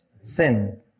sin